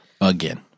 again